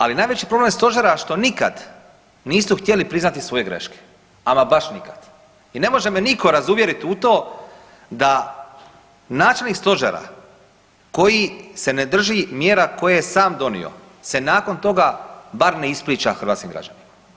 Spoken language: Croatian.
Ali najveći problem Stožera što nikad niste htjeli priznati svoje greške, ama baš nikad i ne može me nitko razuvjeriti u to da načelnik Stožera koji se ne drži mjera koje je sam donio, se nakon toga bar ne ispriča hrvatskim građanima.